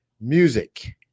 Music